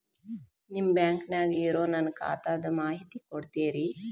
ನಿಮ್ಮ ಬ್ಯಾಂಕನ್ಯಾಗ ಇರೊ ನನ್ನ ಖಾತಾದ ಮಾಹಿತಿ ಕೊಡ್ತೇರಿ?